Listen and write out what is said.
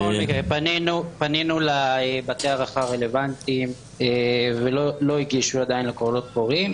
בכל מקרה פנינו לבתי ההארחה הרלוונטיים ולא הגישו עדיין לקולות קוראים.